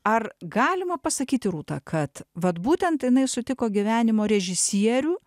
ar galima pasakyti rūta kad vat būtent jinai sutiko gyvenimo režisierių